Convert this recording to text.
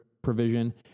Provision